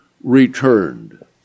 returned